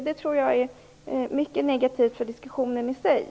Det skulle vara mycket negativt för diskussionen som sådan.